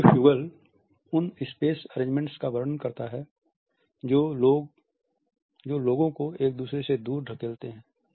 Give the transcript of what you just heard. sociofugal उन उन space arrangements का वर्णन करता है जो लोगों को एक दूसरे से दूर धकेलते हैं